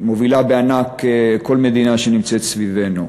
מול כל מדינה שנמצאת סביבנו.